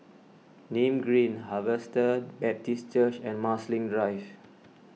Nim Green Harvester Baptist Church and Marsiling Drive